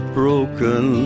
broken